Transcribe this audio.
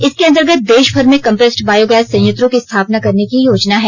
इसके अंतर्गत देशभर में कम्प्रेस्ड बायोगैस संयंत्रों की स्थापना करने की योजना है